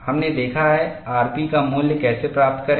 हमने देखा है rp का मूल्य कैसे प्राप्त करें